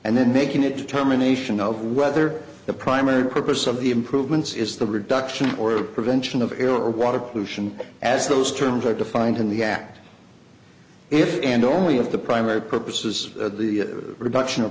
and then making a determination of whether the primary purpose of the improvements is the reduction or prevention of air or water pollution as those terms are defined in the act if and only if the primary purpose is the reduction of